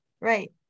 right